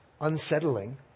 unsettling